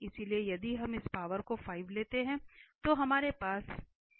इसलिए यदि हम इस पावर को 5 लेते हैं तो हमारे पास है